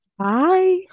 Hi